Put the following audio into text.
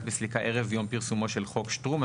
בסליקה ערב יום פרסומו של חוק שטרום.